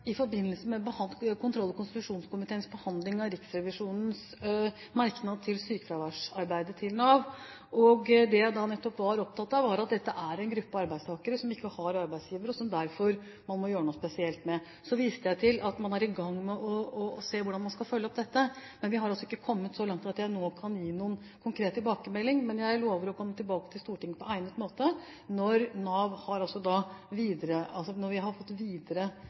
i forbindelse med kontroll- og konstitusjonskomiteens behandling av Riksrevisjonens merknad til Navs sykefraværsarbeid, og det jeg da nettopp var opptatt av, var gruppen arbeidstakere som ikke har arbeidsgivere, og som man derfor må gjøre noe spesielt med. Så viste jeg til at man er i gang med å se på hvordan man skal følge opp dette, men vi har altså ikke kommet så langt at jeg nå kan gi noen konkret tilbakemelding. Jeg lover imidlertid å komme tilbake til Stortinget på egnet måte når vi har fått videreutviklet det arbeidet vi